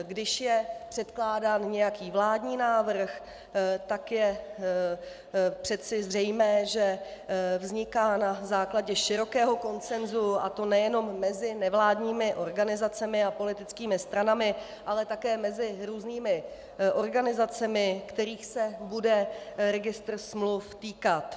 Když je předkládán nějaký vládní návrh, tak je přece zřejmé, že vzniká na základě širokého konsensu, a to nejenom mezi nevládními organizacemi a politickými stranami, ale také mezi různými organizacemi, kterých se bude registr smluv týkat.